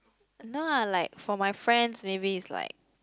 no ah like for my friends maybe it's like